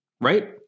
Right